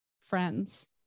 friends